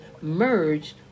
merged